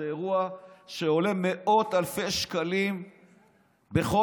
שאבטחה זה אירוע שעולה מאות אלפי שקלים בחודש,